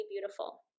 beautiful